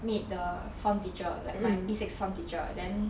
meet the form teacher like my P six form teacher then